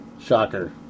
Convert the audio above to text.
shocker